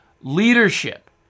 leadership